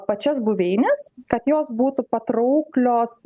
pačias buveines kad jos būtų patrauklios